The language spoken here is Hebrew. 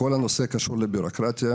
כל הנושא קשור לבירוקרטיה,